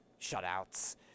shutouts